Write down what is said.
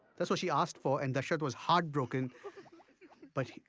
that's what she asked for and dasharatha was heartbroken but